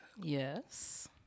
Yes